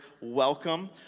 Welcome